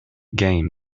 game